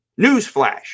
newsflash